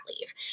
leave